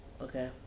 Okay